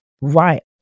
right